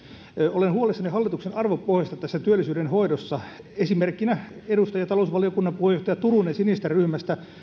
olen huolissani hallituksen arvopohjasta työllisyyden hoidossa esimerkkinä edustaja talousvaliokunnan puheenjohtaja turunen sinisten ryhmästä